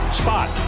spot